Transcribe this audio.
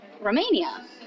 Romania